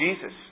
Jesus